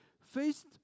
Faced